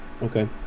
Okay